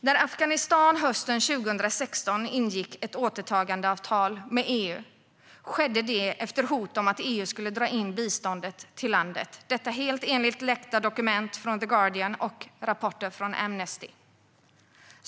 När Afghanistan hösten 2016 ingick ett återtagandeavtal med EU skedde det efter hot om att EU skulle dra in biståndet till landet - detta helt enligt läckta dokument från The Guardian och rapporter från Amnesty.